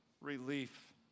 relief